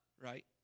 right